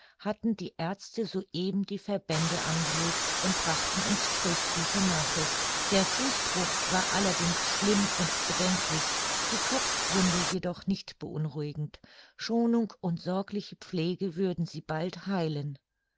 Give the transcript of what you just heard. hatten die aerzte soeben die verbände angelegt und brachten uns tröstliche nachricht der fußbruch war allerdings schlimm und bedenklich die kopfwunde jedoch nicht beunruhigend schonung und sorgliche pflege würden sie bald heilen